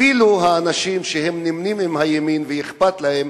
אפילו האנשים שנמנים עם הימין ואכפת להם